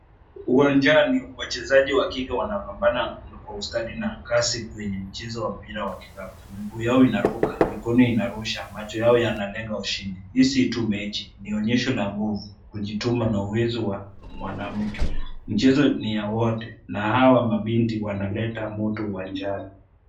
Uwanjani wachezaji wa kike wanapambana kwa ustadi na kasi kwenye mchezo wa mpira wa kikapu, miguu yao inaruka ,mikono inarusha ,macho yao yanalenga ushindi, hii tu si mechi ni onyesho la mwovu kujituma na uwezo wa mwanamke, michezo ni ya wote na hawa binti wanaleta moto uwanjani.